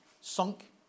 sunk